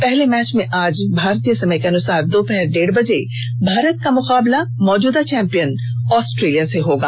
पहले मैच में आज भारतीय समयानुसार दोपहर डेढ़ बजे भारत का मुकाबला मौजूदा चैम्पियन ऑस्ट्रेलिया से होगा